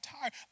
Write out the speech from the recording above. tired